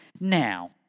Now